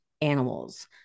animals